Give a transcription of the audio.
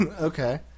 Okay